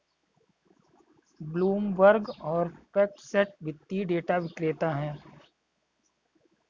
Bloomberg और FactSet वित्तीय data विक्रेता हैं